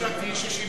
לא שיבחתי.